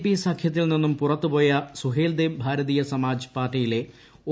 P സഖ്യത്തിൽ നിന്നു പുറത്തുപോയ സുഹേൽദേവ് ഭാരതീയ സമാജ് പാർട്ടിയിലെ ഒ